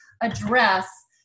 address